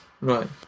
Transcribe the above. Right